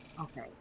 Okay